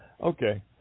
okay